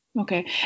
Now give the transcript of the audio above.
Okay